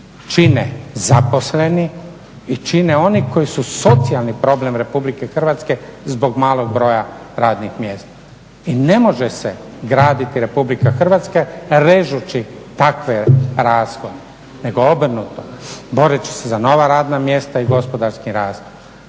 čine zaposleni i čine oni koji su socijalni problem RH zbog malog broja radnih mjesta. I ne može se graditi RH režući takve rashode, nego obrnuto boreći se za nova radna mjesta i gospodarski rast.